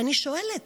ואני שואלת: